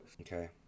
Okay